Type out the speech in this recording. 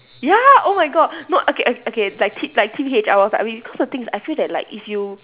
ya oh my god no ok~ ok~ okay like tee~ like teenage I was a like bit cause the thing is I feel that like if you